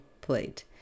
plate